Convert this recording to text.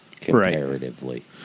comparatively